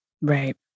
Right